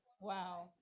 Wow